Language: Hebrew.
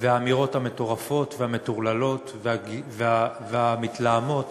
והאמירות המטורפות והמטורללות והמתלהמות